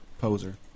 poser